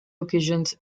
occasions